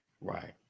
Right